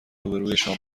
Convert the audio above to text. روبهرویشان